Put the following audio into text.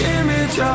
image